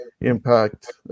Impact